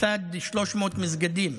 לצד 300 מסגדים.